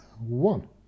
one